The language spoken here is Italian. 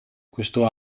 questo